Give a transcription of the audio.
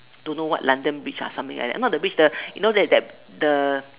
don't know what London-bridge ah something like that not the bridge the you know there is this the